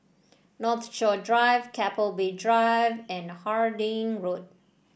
Northshore Drive Keppel Bay Drive and Harding Road